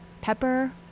pepper